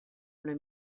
una